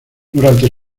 durante